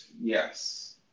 Yes